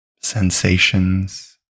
sensations